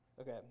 Okay